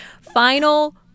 Final